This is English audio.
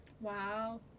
Wow